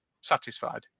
satisfied